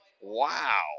Wow